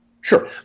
Sure